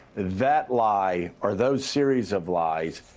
that lie or those series of lies,